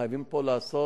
חייבים פה לעשות,